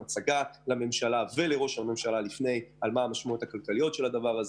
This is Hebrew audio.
הצגה בפני ראש הממשלה של המשמעויות הנגזרות.